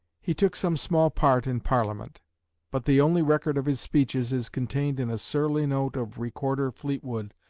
he took some small part in parliament but the only record of his speeches is contained in a surly note of recorder fleetwood,